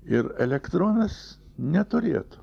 ir elektronas neturėtų